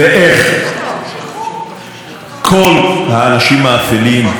ואיך כל האנשים האפלים,